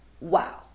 wow